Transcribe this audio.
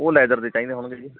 ਉਹ ਲੈਦਰ ਦੇ ਚਾਹੀਦੇ ਹੋਣਗੇ ਜੀ